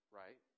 right